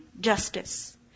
justice